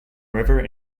river